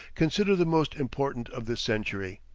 consider the most important of this century.